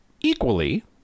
equally